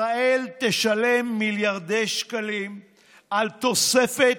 ישראל תשלם מיליארדי שקלים על תוספת